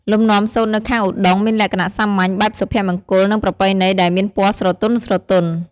លំនាំសូត្រនៅខាងឩត្តុង្គ មានលក្ខណៈសាមញ្ញ បែបសុភមង្គល និងប្រពៃណី ដែលមានពណ៌ស្រទន់ៗ។